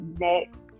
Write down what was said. Next